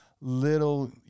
Little